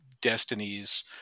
destinies